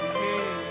hey